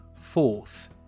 fourth